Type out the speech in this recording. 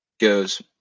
goes